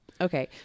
Okay